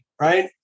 right